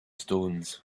stones